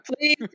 please